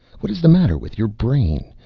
what is the matter with your brain?